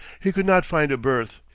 he could not find a berth.